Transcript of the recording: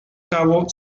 cabo